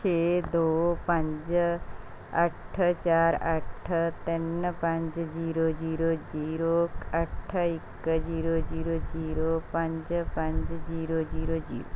ਛੇ ਦੋ ਪੰਜ ਅੱਠ ਚਾਰ ਅੱਠ ਤਿੰਨ ਪੰਜ ਜੀਰੋ ਜੀਰੋ ਜੀਰੋ ਅੱਠ ਇੱਕ ਜੀਰੋ ਜੀਰੋ ਜੀਰੋ ਪੰਜ ਪੰਜ ਜੀਰੋ ਜੀਰੋ ਜੀਰੋ